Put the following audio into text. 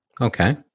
Okay